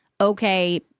okay